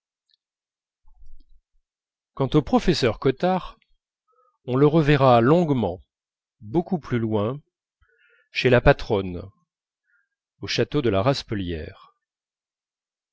quant au professeur cottard on le reverra longuement beaucoup plus loin chez la patronne au château de la